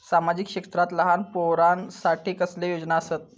सामाजिक क्षेत्रांत लहान पोरानसाठी कसले योजना आसत?